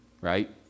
right